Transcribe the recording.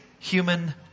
Human